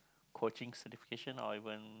quoting certification or even